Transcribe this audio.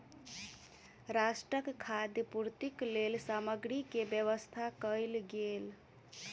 राष्ट्रक खाद्य पूर्तिक लेल सामग्री के व्यवस्था कयल गेल